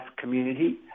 community